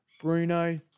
Bruno